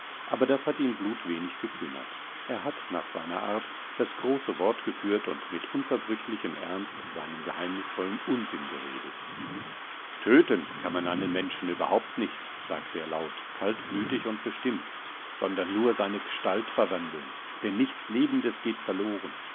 aber das hat ihn blutwenig gekümmert er hat nach seiner art das große wort geführt und mit unverbrüchlichem ernst seinen geheimnisvollen unsinn geredet töten kann man einen menschen überhaupt nicht sagte er laut kaltblütig und bestimmt sondern nur seine gestalt verwandeln denn nichts lebendes geht verloren